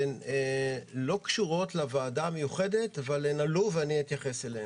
שלא קשורות לוועדה המיוחדת אבל הן עלו ואני אתייחס אליהן.